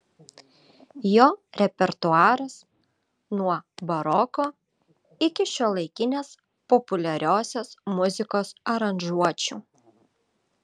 jo repertuaras nuo baroko iki šiuolaikinės populiariosios muzikos aranžuočių